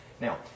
Now